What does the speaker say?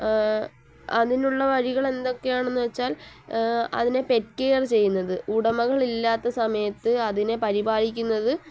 അതിനുള്ള വഴികൾ എന്തൊക്കെയാണെന്ന് വെച്ചാൽ അതിനെ പെറ്റുകയാണ് ചെയ്യുന്നത് ഉടമകൾ ഇല്ലാത്ത സമയത്ത് അതിനെ പരിപാലിക്കുന്നത്